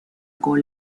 con